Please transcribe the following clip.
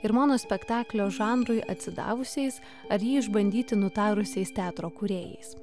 ir monospektaklio žanrui atsidavusiais ar jį išbandyti nutarusiais teatro kūrėjais